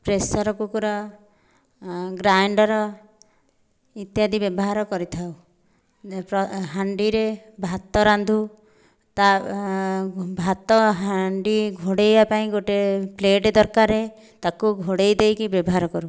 pressure cooker grinder ଇତ୍ୟାଦି ବ୍ୟବହାର କରିଥାଉ ହାଣ୍ଡିରେ ଭାତ ରାନ୍ଧୁ ତା ଭାତ ହାଣ୍ଡି ଘୋଡ଼େଇବା ପାଇଁ ଗୋଟେ ପ୍ଲେଟ୍ ଦରକାର ତାକୁ ଘୋଡ଼େଇ ଦେଇକି ବ୍ୟବହାର କରୁ